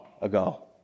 ago